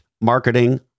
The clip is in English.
marketing